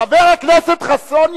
חבר הכנסת חנין,